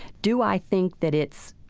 do i think that it's